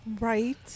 Right